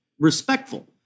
respectful